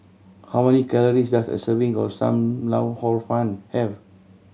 how many calories does a serving of Sam Lau Hor Fun have